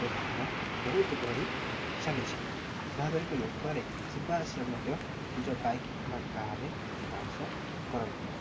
ବ୍ୟବହାର ବହୁତ ବଢ଼ି ଚାଲିଛି ଯାହାଦ୍ୱାରା କିି ଲୋକମାନେ ଯିବା ଆସିବା ମଧ୍ୟ ନିଜ ବାଇକ୍ କିମ୍ବା କାର୍ରେ ଯିବା ଆସିବା କରନ୍ତି